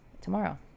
tomorrow